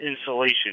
insulation